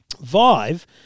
Vive